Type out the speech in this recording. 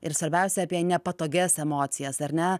ir svarbiausia apie nepatogias emocijas ar ne